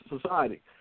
society